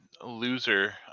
loser